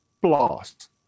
blast